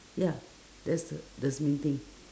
ya that's the thes main thing